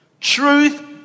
Truth